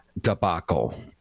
debacle